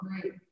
great